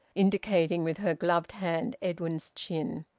indicating with her gloved hand edwin's chin.